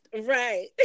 right